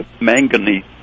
manganese